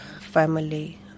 family